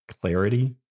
clarity